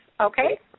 Okay